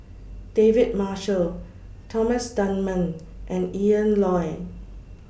David Marshall Thomas Dunman and Ian Loy